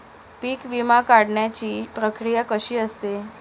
पीक विमा काढण्याची प्रक्रिया कशी असते?